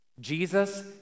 Jesus